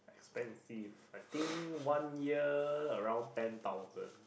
expensive I think one year around ten thousand